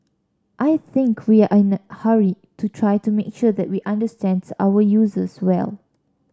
I think we are in a hurry to try to make sure that we understand our users well